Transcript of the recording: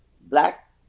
Black